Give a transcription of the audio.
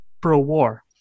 pro-war